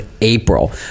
April